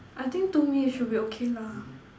I think two minutes should be okay lah